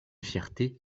fierté